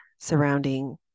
surrounding